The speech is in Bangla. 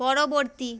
পরবর্তী